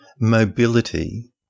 mobility